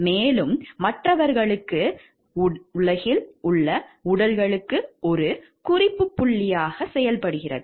மேலும் மற்றவர்களுக்கு மற்றும் உலகில் உள்ள உடல்களுக்கு ஒரு குறிப்பு புள்ளியாக செயல்படுகிறது